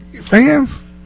Fans